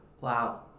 Wow